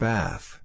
Bath